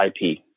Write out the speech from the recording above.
IP